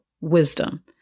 wisdom